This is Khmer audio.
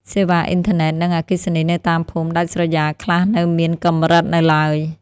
សេវាអ៊ីនធឺណិត និងអគ្គិសនីនៅតាមភូមិដាច់ស្រយាលខ្លះនៅមានកម្រិតនៅឡើយ។